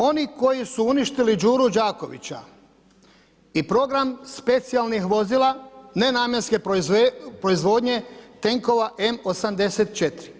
Oni koji su uništili Đuru Đakovića i program specijalnih vozila nenamjenske proizvodnje tenkova M84.